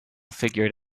figured